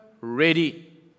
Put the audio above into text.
ready